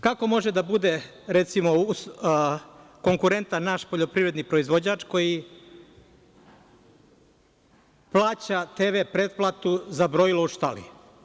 Kako može da bude, recimo, konkurentan naš poljoprivredni proizvođač koji plaća TV pretplatu za brojilo u štali?